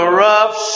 rough